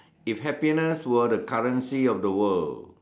if happiness were the currency of the world